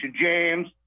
James